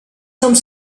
some